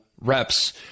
reps